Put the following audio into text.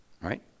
right